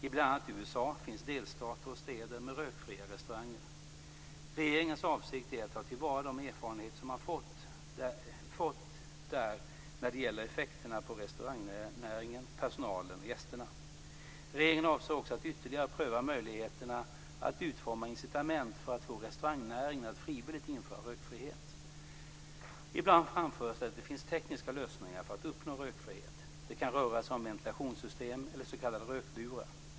I bl.a. USA finns delstater och städer med rökfria restauranger. Regeringens avsikt är att ta till vara de erfarenheter som man fått där när det gäller effekterna för restaurangnäringen, personalen och gästerna. Regeringen avser också att ytterligare pröva möjligheterna att utforma incitament för att få restaurangnäringen att frivilligt införa rökfrihet. Ibland framförs det att det finns tekniska lösningar för att uppnå rökfrihet. Det kan röra sig om ventilationssystem eller s.k. rökburar.